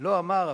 לא אמר,